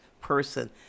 person